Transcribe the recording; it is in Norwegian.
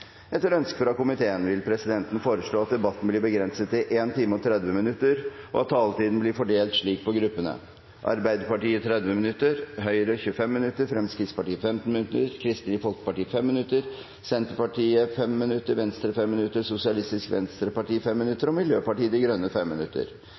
Etter ønske fra energi- og miljøkomiteen vil presidenten foreslå at debatten blir begrenset til 1 time og 30 minutter, og at taletiden blir fordelt slik på gruppene: Arbeiderpartiet 30 minutter, Høyre 25 minutter, Fremskrittspartiet 15 minutter, Kristelig Folkeparti 5 minutter, Senterpartiet 5 minutter, Venstre 5 minutter, Sosialistisk Venstreparti 5 minutter og Miljøpartiet De Grønne 5 minutter.